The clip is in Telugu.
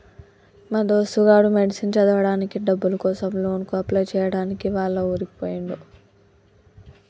మా దోస్తు గాడు మెడిసిన్ చదవడానికి డబ్బుల కోసం లోన్ కి అప్లై చేయడానికి వాళ్ల ఊరికి పోయిండు